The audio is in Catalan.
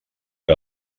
que